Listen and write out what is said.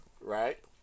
right